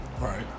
right